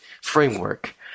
framework